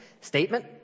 statement